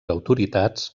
autoritats